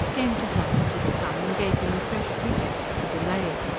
came to hand at this time, and gave him a fresh pretext for delay.